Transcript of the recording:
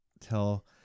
tell